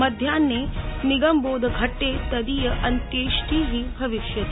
मध्याहे निगमबोधघट्टे तदीय अन्त्येष्टि भविष्यति